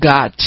God